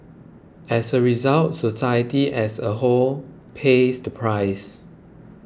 as a result society as a whole pays the price